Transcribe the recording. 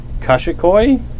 Kashikoi